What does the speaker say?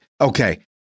Okay